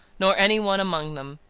nor any one among them.